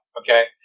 Okay